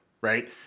right